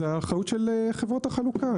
זאת האחריות של חברות החלוקה.